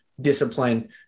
discipline